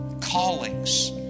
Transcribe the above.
callings